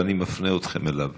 אבל אני מפנה אתכם אליו,